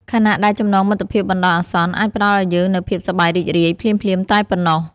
ខណៈដែលចំណងមិត្តភាពបណ្ដោះអាសន្នអាចផ្តល់ឲ្យយើងនូវភាពសប្បាយរីករាយភ្លាមៗតែប៉ុណ្ណោះ។